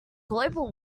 global